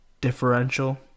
differential